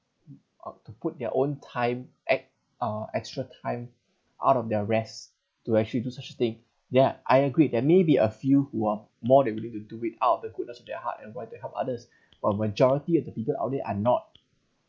up to put their own time at uh extra time out of their rest to actually do such thing yeah I agree there may be a few who are more than willing to do it out of the goodness of their hearts and going to help others but majority of the people out there are not